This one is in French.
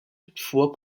toutefois